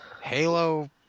Halo